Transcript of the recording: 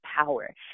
power